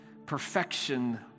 perfection